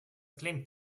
klingt